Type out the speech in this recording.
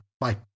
Bye